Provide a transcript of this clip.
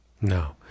No